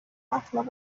اخلاق